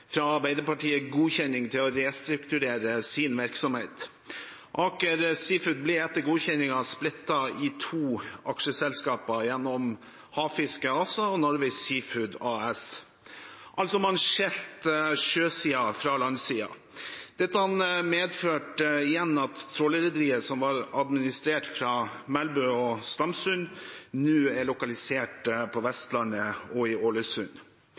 fra Arbeiderpartiet godkjenning til å restrukturere sin virksomhet. Aker Seafoods ble etter godkjenningen splittet i to aksjeselskaper gjennom Havfisk ASA og Norway Seafoods AS. Man skilte altså sjøsiden fra landsiden. Dette medførte igjen at trålerrederiet som var administrert fra Melbu og Stamsund, nå er lokalisert på Vestlandet og i Ålesund.